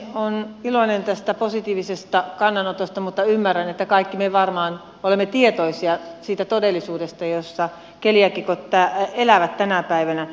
olen iloinen tästä positiivisesta kannanotosta mutta ymmärrän että kaikki me varmaan olemme tietoisia siitä todellisuudesta jossa keliaakikot elävät tänä päivänä